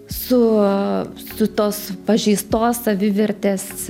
su su tos pažeistos savivertės